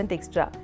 Extra